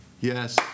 Yes